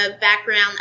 background